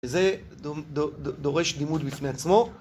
זה דורש לימוד בפני עצמו